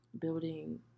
Building